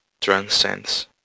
transcends